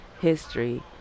history